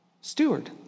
Steward